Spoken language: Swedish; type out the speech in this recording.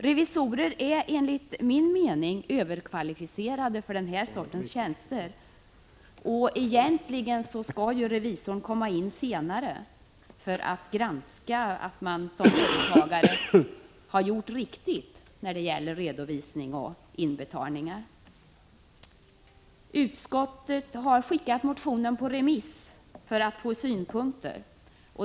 Revisorer är enligt min mening överkvalificerade för denna typ av tjänster. Egentligen skall revisorerna komma in senare i bilden för att granska att man som småföretagare har gjort redovisning och inbetalningar på ett riktigt sätt. Utskottet har skickat motionen på remiss för att få synpunkter.